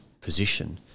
position